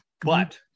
But-